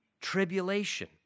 tribulation